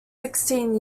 sixteen